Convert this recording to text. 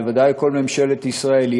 בוודאי כל ממשלת ישראל,